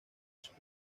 shaw